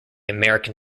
american